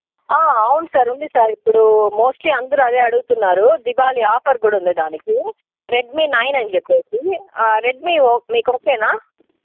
అవును సార్ ఉంది సార్ ఇప్పుడు మోస్ట్లీ అందరూ అదే అడుగుతున్నారు దివాళీ ఆఫర్ కూడా ఉంది దానికి రెడ్మీ నైన్ అని చెప్పి రెడ్మీ మీకు ఓకేనా